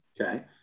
okay